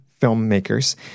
filmmakers